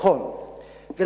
יש.